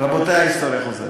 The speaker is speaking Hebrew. רבותי, ההיסטוריה חוזרת.